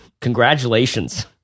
Congratulations